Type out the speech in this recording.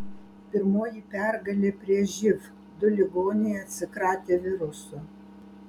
pirmoji pergalė prieš živ du ligoniai atsikratė viruso